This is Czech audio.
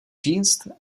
říct